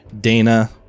Dana